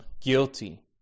guilty